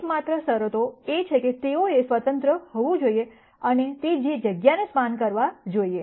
એકમાત્ર શરતો એ છે કે તેઓએ સ્વતંત્ર હોવું જોઈએ અને તે જગ્યાને સ્પાન કરવા જોઈએ